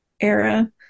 era